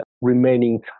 remaining